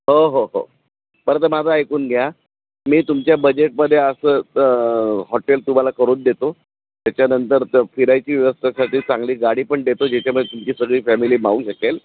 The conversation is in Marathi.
हो हो हो परत माझं ऐकून घ्या मी तुमच्या बजेटमध्ये असं त हॉटेल तुम्हाला करून देतो त्याच्यानंतर त फिरायची व्यवस्थेसाठी चांगली गाडी पण देतो ज्याच्यामध्ये तुमची सगळी फॅमिली मावू शकेल